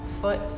foot